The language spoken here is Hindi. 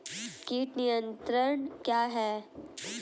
कीट नियंत्रण क्या है?